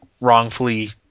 wrongfully